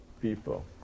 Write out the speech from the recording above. people